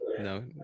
no